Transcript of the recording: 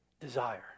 desire